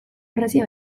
orrazia